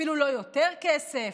אפילו לא יותר כסף,